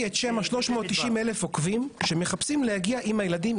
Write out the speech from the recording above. בשם ה-390 אלף עוקבים שמחפשים להגיע עם הילדים,